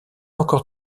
encore